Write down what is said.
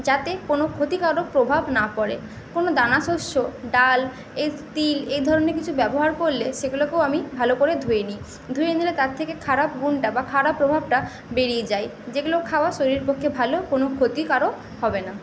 যাতে কোনো ক্ষতিকারক প্রভাব না পরে কোনো দানা শস্য ডাল তিল এইধরণের কিছু ব্যবহার করলে সেগুলোকেও আমি ভালোকরে ধুয়ে নিই ধুয়ে নিলে তার থেকে খারাপ গুণটা বা খারাপ প্রভাবটা বেড়িয়ে যায় যেগুলো খাওয়া শরীরের পক্ষে ভালো কোনো ক্ষতিকারক হবে না